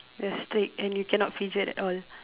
yes strict and you cannot fidget at all